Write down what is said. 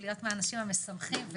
להיות מהאנשים המשמחים,